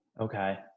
Okay